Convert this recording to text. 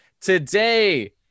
Today